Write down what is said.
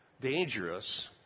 dangerous